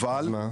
"גמא"